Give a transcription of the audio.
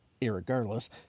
Irregardless